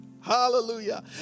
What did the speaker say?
Hallelujah